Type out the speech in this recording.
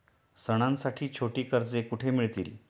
सणांसाठी छोटी कर्जे कुठे मिळतील?